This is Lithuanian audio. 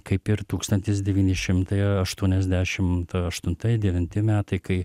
kaip ir tūkstantis devyni šimtai aštuoniasdešimt aštuntai devinti metai kai